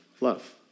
love